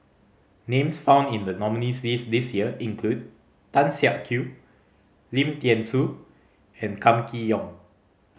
names found in the nominees' list this year include Tan Siak Kew Lim Thean Soo and Kam Kee Yong